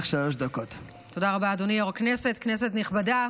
כנסת נכבדה,